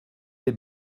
les